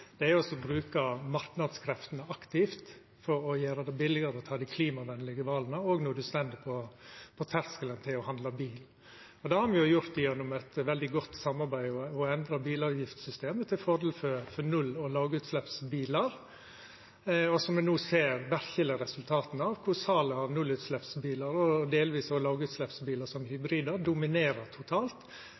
er einige om, er å bruka marknadskreftene aktivt for å gjera det billigare å ta dei klimavenlege vala, òg når ein står på terskelen til å handla bil. Det har me gjort gjennom eit veldig godt samarbeid. Me har endra bilavgiftsystemet til fordel for null- og lågutsleppsbilar, noko som me no verkeleg ser resultata av, der salet av nullutsleppsbilar, og delvis lågutsleppsbilar som hybridar, dominerer totalt,